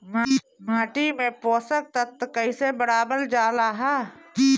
माटी में पोषक तत्व कईसे बढ़ावल जाला ह?